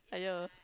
!aiyo!